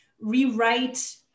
rewrite